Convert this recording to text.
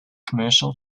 commercial